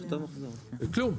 זה כלום.